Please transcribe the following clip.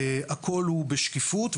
הכל הוא בשקיפות.